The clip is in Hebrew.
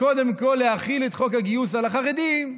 קודם כול להחיל את חוק הגיוס על החרדים,